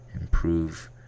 improve